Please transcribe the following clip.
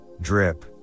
drip